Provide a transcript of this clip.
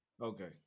Okay